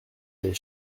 des